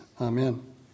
Amen